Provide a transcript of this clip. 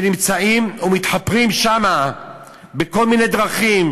נמצאים ומתחפרים שם בכל מיני דרכים,